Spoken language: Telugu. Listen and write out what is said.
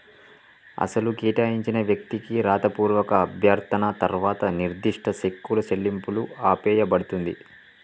అసలు కేటాయించిన వ్యక్తికి రాతపూర్వక అభ్యర్థన తర్వాత నిర్దిష్ట సెక్కులు చెల్లింపులు ఆపేయబడుతుంది